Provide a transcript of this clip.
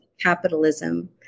capitalism